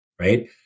Right